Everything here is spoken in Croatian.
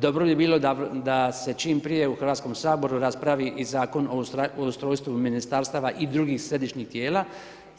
Dobro bi bilo da se čim prije u HS raspravi i Zakon o ustrojstvu Ministarstava i drugih središnjih tijela,